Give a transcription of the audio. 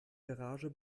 garage